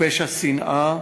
ופשע שנאה,